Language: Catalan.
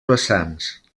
vessants